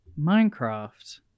Minecraft